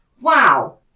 Wow